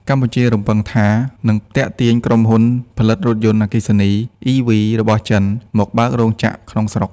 កម្ពុជារំពឹងថានឹងទាក់ទាញក្រុមហ៊ុនផលិតរថយន្តអគ្គិសនី (EV) របស់ចិនមកបើករោងចក្រក្នុងស្រុក។